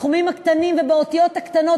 בתחומים הקטנים ובאותיות הקטנות,